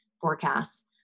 forecasts